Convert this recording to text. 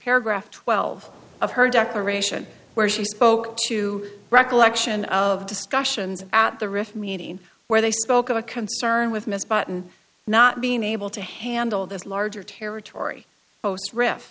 paragraph twelve of her declaration where she spoke to recollection of discussions at the ritz meeting where they spoke of a concern with miss button not being able to handle this larger territory post ri